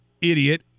idiot